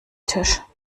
tisch